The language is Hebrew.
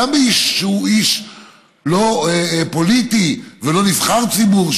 גם באיש שהוא לא פוליטי ולא נבחר ציבור,